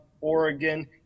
Oregon